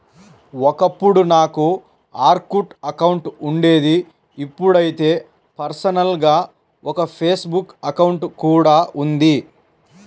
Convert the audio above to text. ఒకప్పుడు నాకు Orkut account ఉండేది ఇప్పుడైతే పర్సనల్ గా ఒక ఫేస్ బుక్ అకౌంట్ కూడా ఉంది